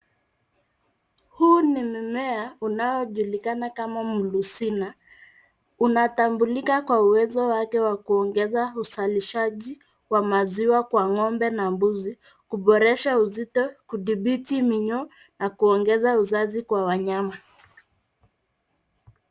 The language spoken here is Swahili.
Huu ni Mimea unajulikana kama Mulizina. Unatambulika kwa uwezo wake wa kuongeza uzalishaji kwa masiwa kwa ng'ombe na mbuzi kuboresha uzito kuthibiti minyo na kuongeza uzazi kwa wanyama.